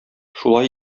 шулай